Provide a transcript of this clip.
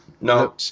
No